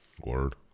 Word